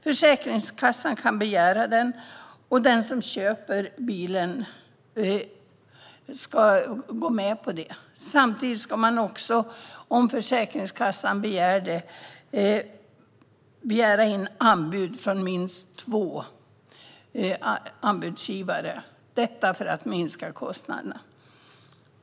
Försäkringskassan kan begära att den som köper en bil går med på detta. Om Försäkringskassan begär det ska man, för att minska kostnaderna, begära in anbud från minst två anbudsgivare.